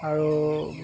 আৰু